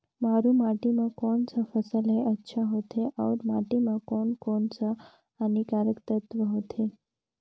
मारू माटी मां कोन सा फसल ह अच्छा होथे अउर माटी म कोन कोन स हानिकारक तत्व होथे?